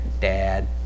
dad